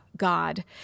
God